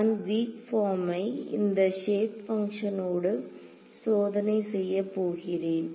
நான் வீக் பார்மை இந்த க்ஷேப் பங்ஷன் ஓடு சோதனை செய்யப் போகிறேன்